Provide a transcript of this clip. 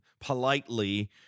politely